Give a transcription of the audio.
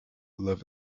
love